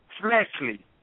fleshly